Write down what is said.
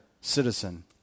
citizen